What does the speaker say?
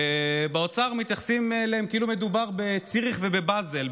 ובאוצר מתייחסים אליהם כאילו מדובר בציריך ובבזל,